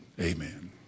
Amen